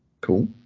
cool